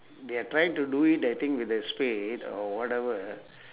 they're trying to do it that thing with the spade or whatever